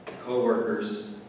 co-workers